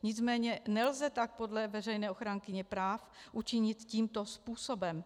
Nicméně nelze tak podle veřejné ochránkyně práv učinit tímto způsobem.